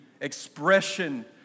expression